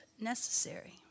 necessary